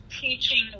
teaching